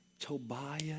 Tobiah